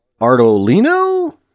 Artolino